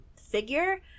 figure